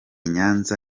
nyanza